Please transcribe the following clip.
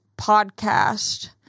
podcast